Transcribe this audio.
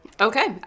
Okay